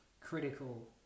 critical